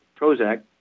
Prozac